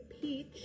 peach